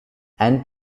and